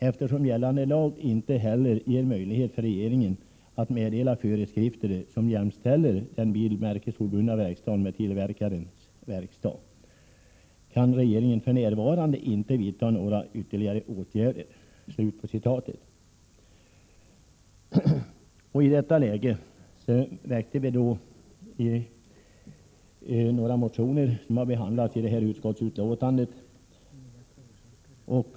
Eftersom gällande lag inte heller ger möjlighet för regeringen att meddela föreskrifter som jämställer den bilmärkesobundna verkstaden med tillverkarens verkstad, kan regeringen för närvarande inte vidta några ytterligare åtgärder.” I detta läge väcktes några motioner som har behandlats i det föreliggande utskottsbetänkandet.